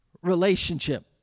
relationship